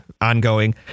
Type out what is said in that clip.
ongoing